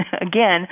again